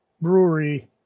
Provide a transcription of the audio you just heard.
Brewery